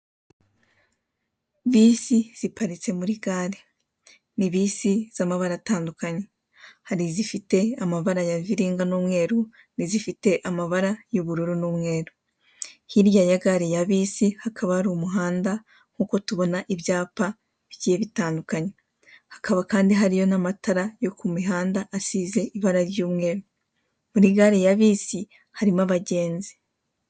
Bisi ziparitse muri gare, ni bisi z'amabara atandukanye. Hari izifite amabara ya viringa n'umweru n'izifite amabara y'ubururu n'umweru. Hirya ya gare ya bisi hakaba hari umuhanda nkuko tubona ibyapa bigiye bitandukanye, hakaba kandi hariyo n'amatara yo ku mihanda asize ibara ry'umweru. Muri gare ya bisi harimo abagenzi.